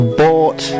bought